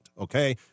okay